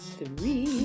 three